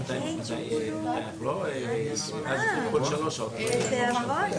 במקרה זה אני